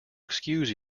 excuse